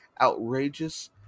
outrageous